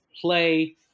play